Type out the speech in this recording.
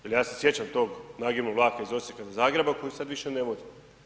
Jer ja se sjećam tog nagibnog vlaka iz Osijeka do Zagreba koji sad više ne vozi.